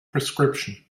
prescription